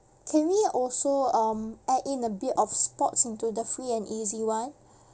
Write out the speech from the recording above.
can we also um add in a bit of sports into the free and easy [one]